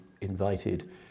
invited